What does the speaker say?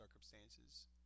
circumstances